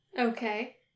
Okay